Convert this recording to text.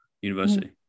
university